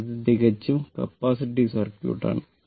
അതിനാൽ ഇത് തികച്ചും കപ്പാസിറ്റീവ് സർക്യൂട്ടാണ്